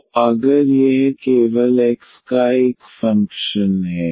तो अगर यह केवल x का एक फ़ंक्शन है